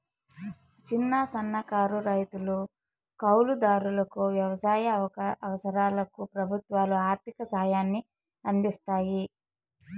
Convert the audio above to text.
చిన్న, సన్నకారు రైతులు, కౌలు దారులకు వ్యవసాయ అవసరాలకు ప్రభుత్వాలు ఆర్ధిక సాయాన్ని అందిస్తాయి